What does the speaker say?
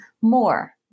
More